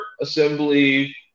assembly